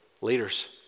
Leaders